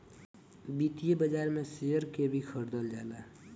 वित्तीय बाजार में शेयर के भी खरीदल जाला